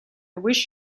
wish